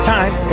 Time